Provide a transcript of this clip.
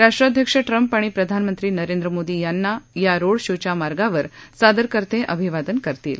राष्ट्राध्यक्ष ट्रम्प आणि प्रधानमंत्री नरेंद्र मोदी यांना या रोडशोच्या मार्गावर सादरकर्ते अभिवादन करतील